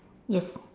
yes